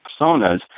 personas